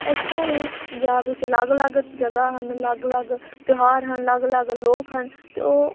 ਇਸ ਤਰ੍ਹਾਂ ਹੀ ਪੰਜਾਬ ਵਿੱਚ ਅਲੱਗ ਅਲੱਗ ਜਗ੍ਹਾ ਹਨ ਅਲੱਗ ਅਲੱਗ ਤਿਉਹਾਰ ਹਨ ਅਲੱਗ ਅਲੱਗ ਲੋਕ ਹਨ ਅਤੇ ਉਹ